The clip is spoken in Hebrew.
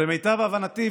שלמיטב הבנתי,